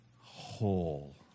whole